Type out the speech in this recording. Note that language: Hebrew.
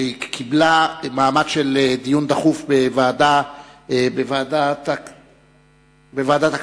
שקיבלה מעמד של דיון דחוף בוועדת הכלכלה.